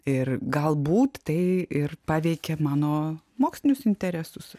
ir galbūt tai ir paveikė mano mokslinius interesus